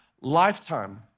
lifetime